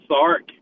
Sark